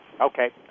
Okay